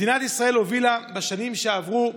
מדינת ישראל הובילה בשנים שעברו,